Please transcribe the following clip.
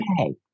okay